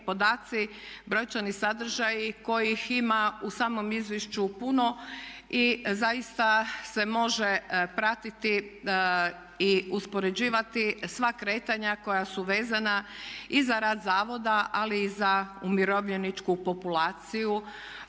brojčani sadržaji kojih ima u samom izvješću puno i zaista se može pratiti i uspoređivati sva kretanja koja su vezana i za rad zavoda ali i za umirovljeničku populaciju